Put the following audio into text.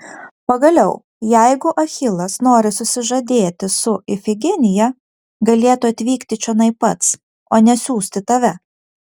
pagaliau jeigu achilas nori susižadėti su ifigenija galėtų atvykti čionai pats o ne siųsti tave